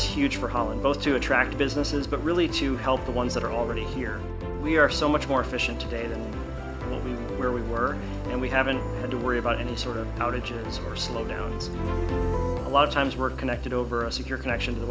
holland both to attract businesses but really to help the ones that are already here we are so much more efficient today than where we were and we haven't had to worry about any sort of outages or slowdowns a lot of times we're connected over a secure connection to the